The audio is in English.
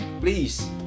please